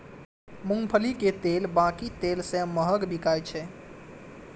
मूंगफली के तेल बाकी तेल सं महग बिकाय छै